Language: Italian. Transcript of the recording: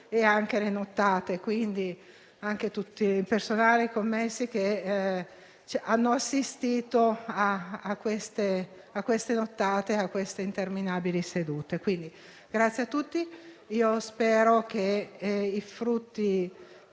Grazie a tutti.